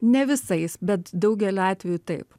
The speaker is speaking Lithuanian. ne visais bet daugeliu atveju taip